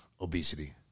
obesity